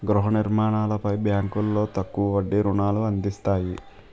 గృహ నిర్మాణాలపై బ్యాంకులో తక్కువ వడ్డీ రుణాలు అందిస్తాయి